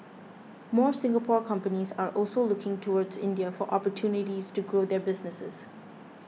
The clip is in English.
more Singapore companies are also looking towards India for opportunities to grow their businesses